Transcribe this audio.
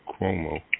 Cuomo